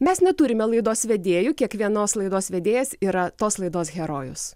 mes neturime laidos vedėjų kiekvienos laidos vedėjas yra tos laidos herojus